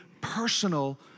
personal